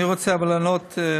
אני רוצה אבל לענות,